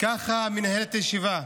ככה מנהל את הישיבה.